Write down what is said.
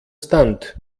stunt